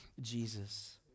Jesus